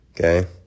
Okay